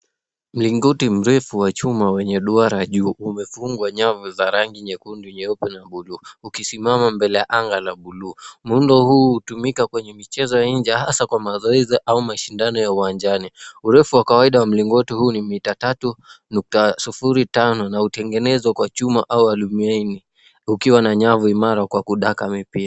Mlingoti mrefu wa chuma wenye duara juu, umefungwa nyavu za rangi nyekundu, nyeupe na buluu, ukisimama mbele ya anga la buluu. Muundo huu hutumika kwenye michezo ya nje hasa kwa mazoezi au mashindano ya uwanjani. Urefu wa kawaida wa mlingoti huu ni mita tatu nukta sufuri tano na hutengenezwa kwa chuma au alumineni ukiwa na nyavu imara kwa kudaka .